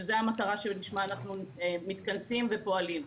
שזה המטרה שלשמה אנחנו מתכנסים ופועלים.